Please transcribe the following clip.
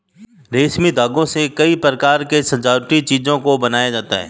रेशमी धागों से कई प्रकार के सजावटी चीजों को बनाया जाता है